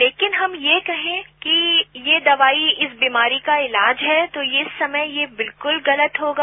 लेकिन हम यह कहें कि ये दवाई इस बीमारी का इलाज है तो इस समय ये बिलकल गलत होगा